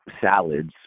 salads